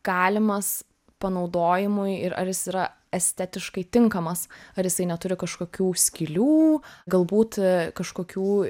galimas panaudojimui ir ar jis yra estetiškai tinkamas ar jisai neturi kažkokių skylių galbūt kažkokių